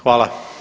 Hvala.